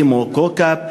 כמו כאוכב,